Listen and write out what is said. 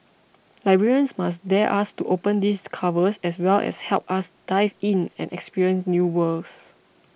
librarians must dare us to open these covers as well as help us dive in and experience new worlds